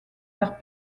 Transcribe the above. leurs